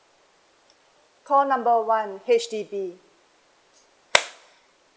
call number one H_D_B